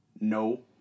no